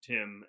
Tim